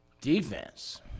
Defense